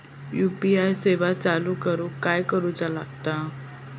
UPI सेवा चालू करूक काय करूचा लागता?